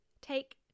take